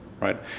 right